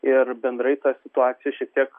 ir bendrai ta situacija šiek tiek